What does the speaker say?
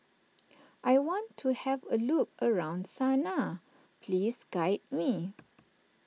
I want to have a look around Sanaa please guide me